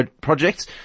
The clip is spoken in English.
projects